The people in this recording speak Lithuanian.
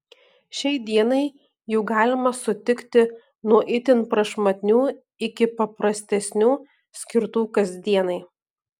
šiai dienai jų galima sutikti nuo itin prašmatnių iki paprastesnių skirtų kasdienai